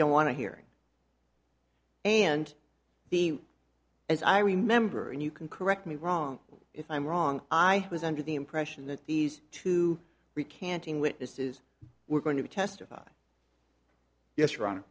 don't want to hear and the as i remember and you can correct me wrong if i'm wrong i was under the impression that these two recanted witnesses were going to testify yes r